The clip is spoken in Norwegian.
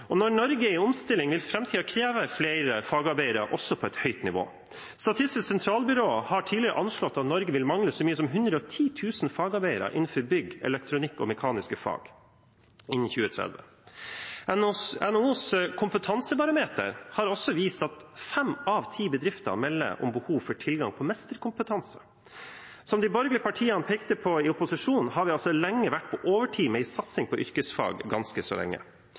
Når Norge er i omstilling, vil framtiden kreve flere fagarbeidere, også på et høyt nivå. Statistisk sentralbyrå har tidligere anslått at Norge vil mangle så mange som 110 000 fagarbeidere innenfor bygg, elektronikk og mekaniske fag innen 2030. NHOs kompetansebarometer har også vist at fem av ti bedrifter melder om behov for tilgang på mesterkompetanse. Som de borgerlige partiene pekte på i opposisjon, har vi ganske lenge vært på overtid med en satsing på yrkesfag.